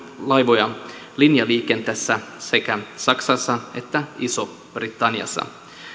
laivoja linjaliikenteessä sekä saksassa että isossa britanniassa